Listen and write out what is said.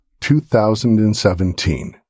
2017